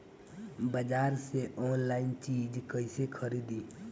बाजार से आनलाइन चीज कैसे खरीदी?